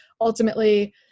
ultimately